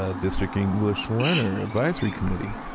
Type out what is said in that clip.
ah district english learner advisory committee.